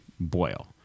boil